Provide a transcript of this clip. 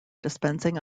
dispensing